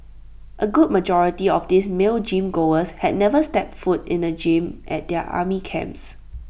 A good majority of these male gym goers had never set foot in the gym at their army camps